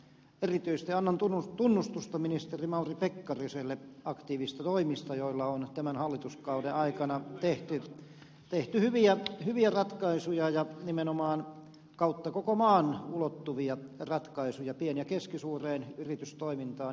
erityisesti annan tunnustusta ministeri mauri pekkariselle aktiivisista toimista joilla on tämän hallituskauden aikana tehty hyviä ratkaisuja ja nimenomaan kautta koko maan ulottuvia ratkaisuja pieneen ja keskisuureen yritystoimintaan ihan erityisesti